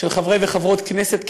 של חברי וחברות כנסת,